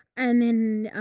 and then,